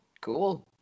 cool